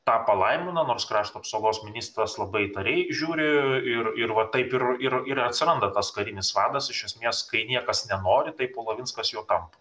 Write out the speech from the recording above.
tą palaimina nors krašto apsaugos ministras labai įtariai žiūri ir ir va taip ir ir ir atsiranda tas karinis vadas iš esmės kai niekas nenori tai polavinskas juo tampa